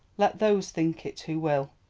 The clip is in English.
let those think it who will,